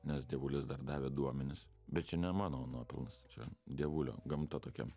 nes dievulis dar davė duomenis bet čia ne mano nuopelnas čia dievulio gamta tokia